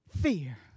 fear